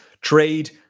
trade